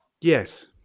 Yes